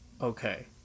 okay